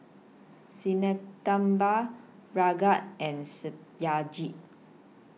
Sinnathamby Ranga and Satyajit